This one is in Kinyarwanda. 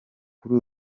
kuri